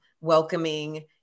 welcoming